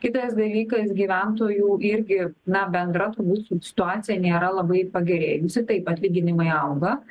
kitas dalykas gyventojų irgi na bendra turbūt situacija nėra labai pagerėjusi taip atlyginimai auga